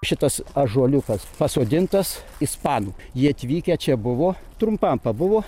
šitas ąžuoliukas pasodintas ispanų jie atvykę čia buvo trumpam pabuvo